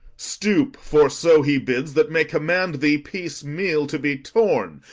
stoop for so he bids that may command thee piecemeal to be torn,